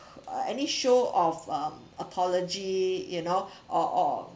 any show of um apology you know or or